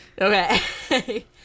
Okay